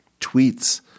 tweets